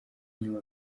inyuma